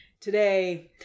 today